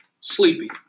Sleepy